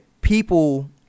people